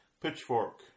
Pitchfork